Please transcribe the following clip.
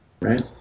Right